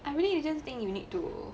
I really don't think you need to